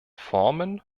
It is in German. formen